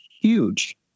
huge